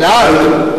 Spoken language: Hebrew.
גלעד,